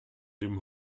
dem